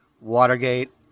Watergate